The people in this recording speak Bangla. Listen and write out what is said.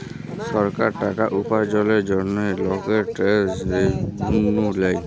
সরকার টাকা উপার্জলের জন্হে লকের ট্যাক্স রেভেন্যু লেয়